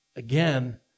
Again